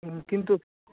হুম কিন্তু